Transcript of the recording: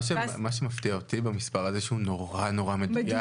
מה שמפתיע אותי במספר הזה שהוא נורא נורא מדויק.